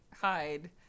hide